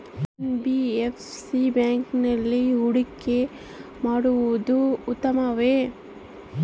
NBFC ಬ್ಯಾಂಕಿನಲ್ಲಿ ಹೂಡಿಕೆ ಮಾಡುವುದು ಉತ್ತಮವೆ?